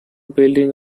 building